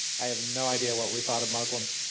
i have no idea what we thought of muslims.